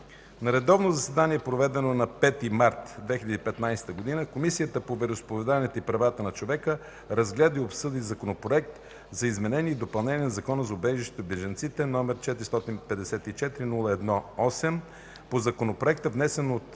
На редовно заседание, проведено на 05.03.2015 г., Комисията по вероизповеданията и правата на човека разгледа и обсъди Законопроект за изменение и допълнение на Закона за убежището и бежанците, № 454-01-8, внесен от